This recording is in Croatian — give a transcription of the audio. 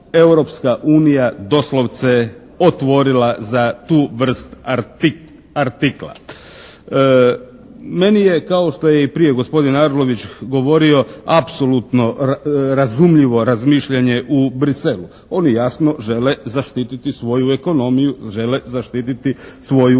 Europska unija doslovce otvorila za tu vrst artikla. Meni je kao što je i prije gospodin Arlović govorio, apsolutno razumljivo razmišljanje u Bruxellesu. Oni jasno žele zaštititi svoju ekonomiju, žele zaštititi svoju